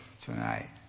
tonight